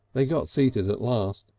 they got seated at last,